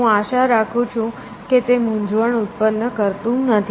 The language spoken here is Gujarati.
હું આશા રાખું છું કે તે મૂંઝવણ ઉત્પન્ન કરતું નથી